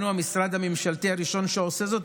אנו המשרד הממשלתי הראשון שעושה זאת,